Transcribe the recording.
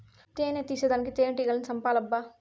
తేని తీసేదానికి తేనెటీగల్ని సంపాలబ్బా